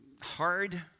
hard